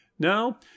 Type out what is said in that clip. now